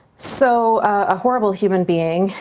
so a horrible human being.